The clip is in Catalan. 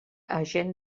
agent